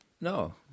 No